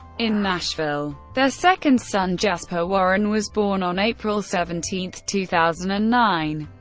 in nashville. their second son, jasper warren, was born on april seventeen, two thousand and nine.